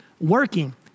working